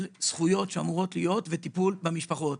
זכויות שאמורות להיות ויתכלל את הטיפול במשפחות.